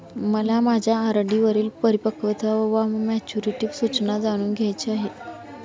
मला माझ्या आर.डी वरील परिपक्वता वा मॅच्युरिटी सूचना जाणून घ्यायची आहे